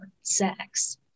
sex